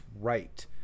right